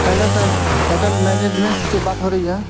hello sir hotel management سے بات ہو رہی ہے